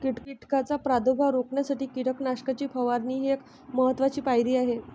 कीटकांचा प्रादुर्भाव रोखण्यासाठी कीटकनाशकांची फवारणी ही एक महत्त्वाची पायरी आहे